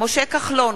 משה כחלון,